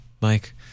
Mike